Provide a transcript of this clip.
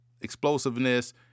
explosiveness